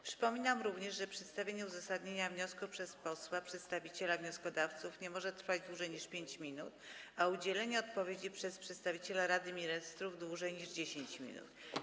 Przypominam również, że przedstawienie uzasadnienia wniosku przez posła przedstawiciela wnioskodawców nie może trwać dłużej niż 5 minut, a udzielenie odpowiedzi przez przedstawiciela Rady Ministrów - dłużej niż 10 minut.